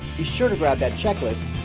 be sure to grab that checklist